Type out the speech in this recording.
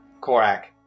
Korak